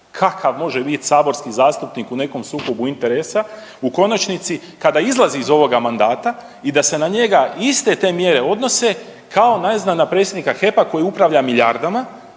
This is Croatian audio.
kakav može biti saborski zastupnik u nekom sukobu interesa u konačnici kada izlazi iz ovoga mandata i da se na njega iste te mjere odnose kao ne znam na predsjednika HEP-a koji upravlja milijardama,